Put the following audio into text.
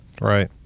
right